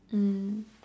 mm